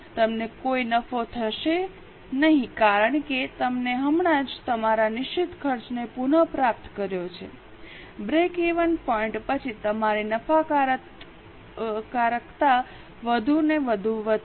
તમને કોઈ નફો થશે નહીં કારણ કે તમે હમણાં જ તમારા નિશ્ચિત ખર્ચને પુન પ્રાપ્ત કર્યો છે બ્રેકવેન પોઇન્ટ પછી તમારી નફાકારકતા વધુને વધુ વધશે